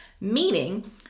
Meaning